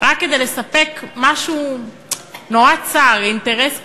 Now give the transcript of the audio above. רק כדי לספק משהו נורא צר, אינטרס כזה,